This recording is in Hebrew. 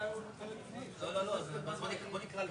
אחזנו באסף שהיה אמור לדבר, אז אסף בבקשה.